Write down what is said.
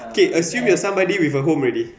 okay assume you're somebody with a home already